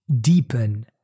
deepen